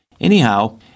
Anyhow